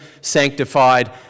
sanctified